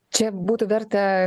čia būtų verta